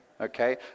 okay